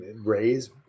raise